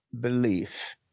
belief